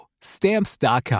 Stamps.com